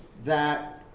that